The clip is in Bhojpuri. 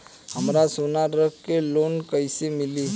हमरा सोना रख के लोन कईसे मिली?